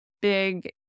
big